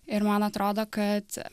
ir man atrodo kad